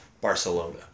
Barcelona